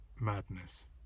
madness